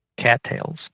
cattails